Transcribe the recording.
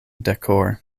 decor